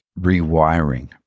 rewiring